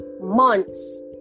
months